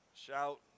Shout